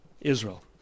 Israel